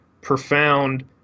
profound